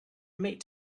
made